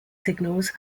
signals